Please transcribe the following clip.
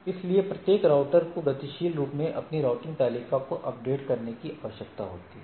इसलिए प्रत्येक राउटर को गतिशील रूप से अपनी राउटिंग तालिका को अपडेट करने की आवश्यकता होती है